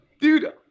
dude